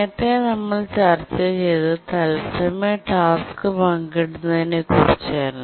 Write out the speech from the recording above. നേരത്തെ നമ്മൾ ചർച്ച ചെയ്തത് തത്സമയ ടാസ്ക് പങ്കിടുന്നതിനെ കുറിച്ചായിരുന്നു